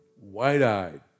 wide-eyed